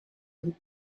and